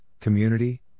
community